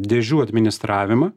dėžių administravimą